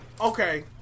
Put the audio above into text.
Okay